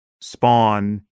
spawn